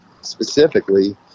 specifically